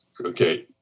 Okay